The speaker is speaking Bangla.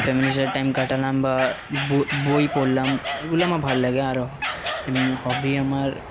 ফ্যামিলির সাথে টাইম কাটালাম বা বই পড়লাম এইগুলো আমার ভাল লাগে আরও এমনি হবি আমার